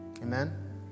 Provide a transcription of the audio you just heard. Amen